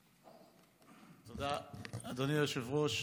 תודה, אדוני היושב-ראש.